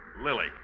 Lily